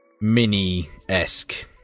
mini-esque